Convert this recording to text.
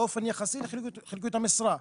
באופן יחסי לחלקיות המשרה.